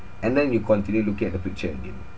and then you continue look at the picture again